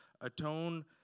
Atone